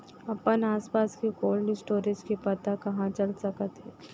अपन आसपास के कोल्ड स्टोरेज के पता कहाँ चल सकत हे?